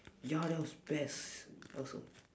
ya that was best awesome